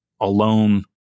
alone